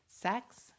Sex